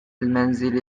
المنزل